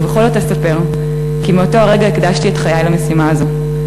ובכל זאת אספר כי מאותו הרגע הקדשתי את חיי למשימה הזאת.